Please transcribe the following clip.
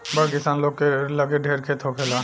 बड़ किसान लोग के लगे ढेर खेत होखेला